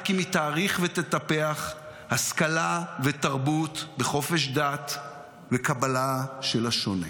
רק אם היא תעריך ותטפח השכלה ותרבות וחופש דת וקבלה של השונה.